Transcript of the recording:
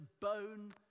bone